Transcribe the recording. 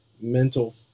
mental